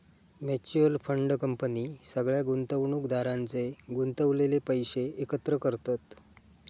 mutual fund company सगळ्या गुंतवणुकदारांचे गुंतवलेले पैशे एकत्र करतत